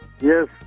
Yes